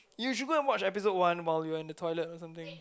you should go and watch episode one while you are in the toilet or something